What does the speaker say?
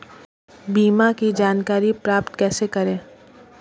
बीमा की जानकारी प्राप्त कैसे करें?